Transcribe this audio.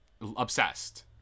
obsessed